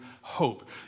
hope